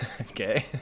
Okay